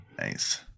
Nice